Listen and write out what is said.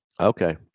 Okay